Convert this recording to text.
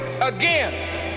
again